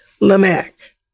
Lamech